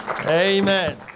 Amen